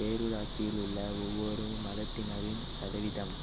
பேரூராட்சியில் உள்ள ஒவ்வொரு மதத்தினரின் சதவீதம்